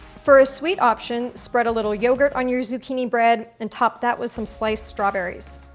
for a sweet option, spread a little yogurt on your zucchini bread and top that with some sliced strawberries.